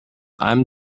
einem